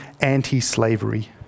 anti-slavery